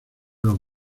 los